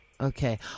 okay